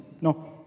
no